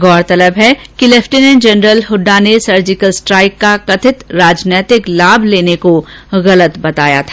उल्लेखनीय है कि लेफ्टिनेंट जनरल हुड्डा ने सर्जिकल स्ट्राइक का कथित राजनैतिक लाभ लेने को गलत बताया था